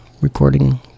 Recording